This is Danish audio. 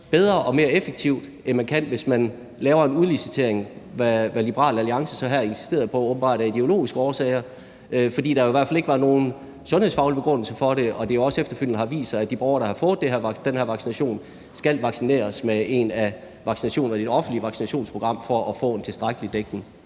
bedre og mere effektivt, end man kan, hvis man laver en udlicitering, hvad Liberal Alliance så her åbenbart har insisteret på af ideologiske årsager. For der var jo i hvert fald ikke nogen sundhedsfaglig begrundelse for det, og det har efterfølgende også vist sig, at de borgere, der har fået den her vaccination, skal vaccineres med en af vaccinerne i det offentlige vaccinationsprogram for at få en tilstrækkelig dækning.